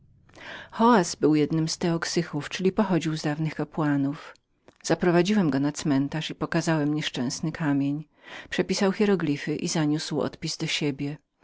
xoaz ten był jednym z teoxychów czyli że pochodził z dawnych kapłanów zaprowadziłem go na cmentarz i pokazałem nieszczęsny kamień przepisał hieroglify i zaniósł je do siebie